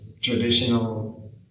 traditional